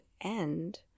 end